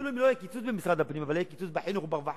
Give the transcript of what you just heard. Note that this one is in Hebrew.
אפילו אם לא יהיה קיצוץ במשרד הפנים אבל יהיה קיצוץ בחינוך וברווחה,